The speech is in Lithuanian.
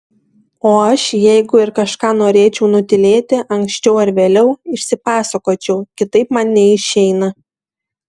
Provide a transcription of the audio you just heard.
o aš jeigu ir kažką norėčiau nutylėti anksčiau ar vėliau išsipasakočiau kitaip man neišeina